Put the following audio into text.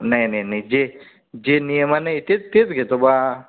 नाही नाही नाही जे जे नियमान आहे तेच तेच घेतो बा